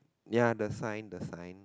ya the sign the sign